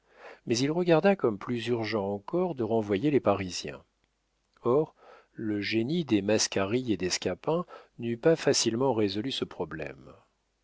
mais il regarda comme plus urgent encore de renvoyer les parisiens or le génie des mascarille et des scapin n'eût pas facilement résolu ce problème